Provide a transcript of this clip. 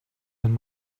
and